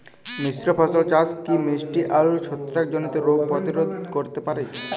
মিশ্র ফসল চাষ কি মিষ্টি আলুর ছত্রাকজনিত রোগ প্রতিরোধ করতে পারে?